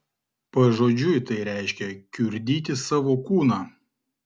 pažodžiui tai reiškia kiurdyti savo kūną